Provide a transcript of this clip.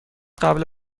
قبل